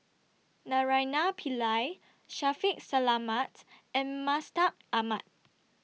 Naraina Pillai Shaffiq Selamat and Mustaq Ahmad